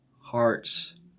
hearts